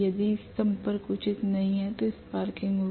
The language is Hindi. यदि संपर्क उचित नहीं है तो स्पार्किंग होगी